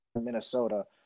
Minnesota